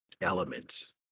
elements